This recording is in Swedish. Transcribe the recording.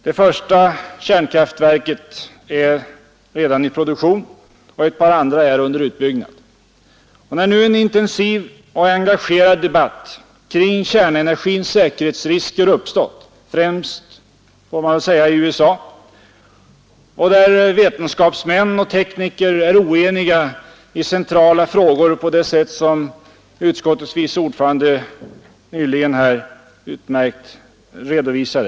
Det första kärnkraftverket är redan i produktion, och ett par andra är under utbyggnad. En intensiv och engagerad debatt kring kärnenergins säkerhetsrisker har uppstått — främst i USA — där vetenskapsmän och tekniker är oeniga i centrala frågor, som utskottets vice ordförande nyss så utmärkt redovisade.